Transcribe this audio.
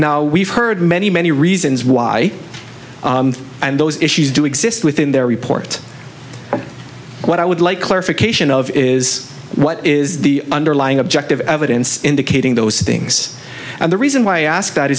now we've heard many many reasons why and those issues do exist within their report what i would like clarification of is what is the underlying objective evidence indicating those things and the reason why i ask that